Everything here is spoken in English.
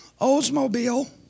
Oldsmobile